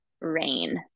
rain